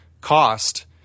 cost